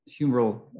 humoral